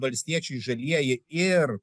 valstiečiai žalieji ir